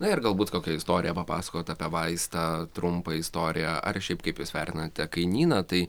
na ir galbūt kokią istoriją papasakot apie vaistą trumpą istoriją ar šiaip kaip jūs vertinate kainyną tai